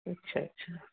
अच्छा अच्छा